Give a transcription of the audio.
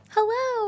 Hello